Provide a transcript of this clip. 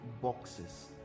boxes